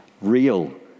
real